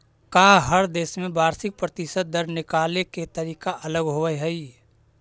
का हर देश में वार्षिक प्रतिशत दर निकाले के तरीका अलग होवऽ हइ?